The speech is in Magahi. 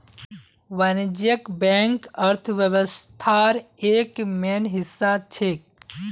वाणिज्यिक बैंक अर्थव्यवस्थार एक मेन हिस्सा छेक